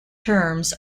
terms